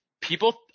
people